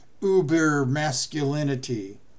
uber-masculinity